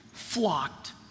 flocked